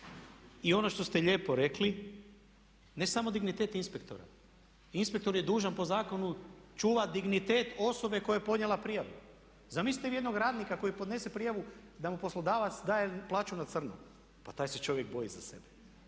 I ono što ste lijepo rekli ne samo dignitet inspektora. Inspektor je dužan po zakonu čuvati dignitet osobe koja je podnijela prijavu. Zamislite vi jednog radnika koji podnese prijavu da mu poslodavac daje plaću na crno. Pa taj se čovjek boji za sebe.